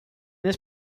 this